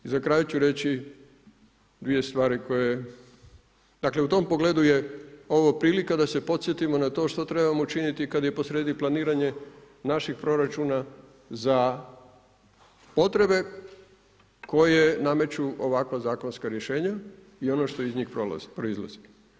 I za kraj ću reći dvije stvari koje, dakle, u tom pogledu je ovo prilika da se podsjetimo na to što trebamo učiniti kad je posrijedi planiranje naših proračuna za potrebe koje nameću ovakva zakonska rješenja i ono što iz njih proizlazi.